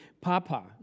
Papa